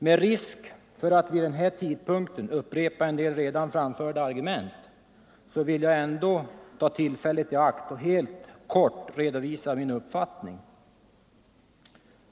Med risk för att vid denna tidpunkt upprepa en del redan framförda argument vill jag ta tillfället i akt att helt kort redovisa min uppfattning.